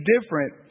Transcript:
different